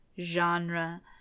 genre